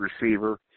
receiver